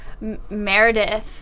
Meredith